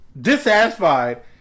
dissatisfied